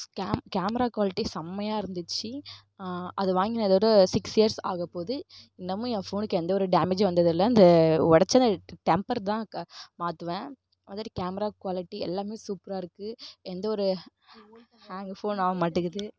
game camera quality செம்மையா இருந்துச்சு அதை வாங்கி நான் இதோடு சிக்ஸ் இயர்ஸ் ஆகப்போகுது இன்னமும் என் ஃபோனுக்கு எந்தவொரு டேமேஜும் வந்தது இல்லை இந்த உடச்ச டெம்ப்பர் தான் க மாற்றுவேன் அதோடு கேமரா குவாலிட்டி எல்லாமே சூப்பரா இருக்குது எந்தவொரு ஹாங் ஃபோன் ஆகமாட்டேங்கிது